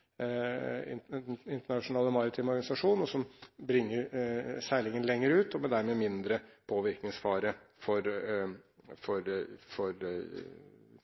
internasjonale skipsfartsorganisasjon, International Maritime Organization, og som bringer seilingen lenger ut, og dermed gir mindre påvirkningsfare for